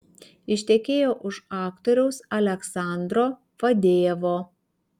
ištekėjo už aktoriaus aleksandro fadejevo